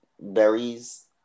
berries